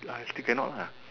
I still can not lah